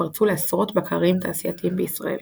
פרצו לעשרות בקרים תעשייתיים בישראל.